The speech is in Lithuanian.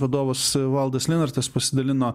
vadovas valdas linartas pasidalino